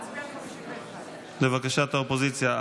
להצביע על 51. לבקשת האופוזיציה,